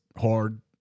hard